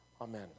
Amen